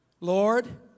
Lord